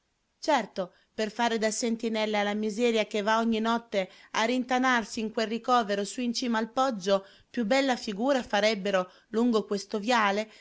certo per fare da sentinelle alla miseria che va ogni notte a rintanarsi in quel ricovero su in cima al poggio più bella figura farebbero lungo questo viale